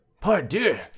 Pardieu